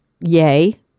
yay